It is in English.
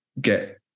get